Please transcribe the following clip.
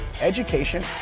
education